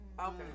Okay